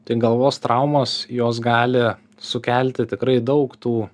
tai galvos traumos jos gali sukelti tikrai daug tų